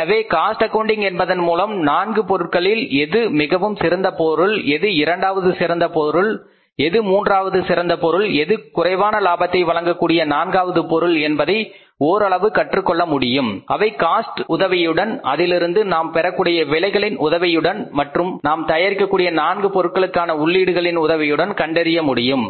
எனவே cost accounting என்பதன் மூலம் நான்கு பொருட்களில் எது மிகவும் சிறந்த பொருள் எது இரண்டாவது சிறந்த பொருள் எது மூன்றாவது சிறந்த பொருள் எது குறைவான லாபத்தை வழங்கக்கூடிய நான்காவது பொருள் என்பதை ஓரளவு கற்றுக்கொள்ள முடியும் அவை காஸ்ட் உதவியுடன் அதிலிருந்து நாம் பெறக்கூடிய விலைகளின் உதவியுடன் மற்றும் நாம் தயாரிக்கக்கூடிய 4 பொருட்களுக்கான உள்ளீயீடுகளின் உதவியுடன் கண்டறிய முடியும்